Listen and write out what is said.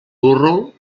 burro